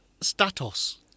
status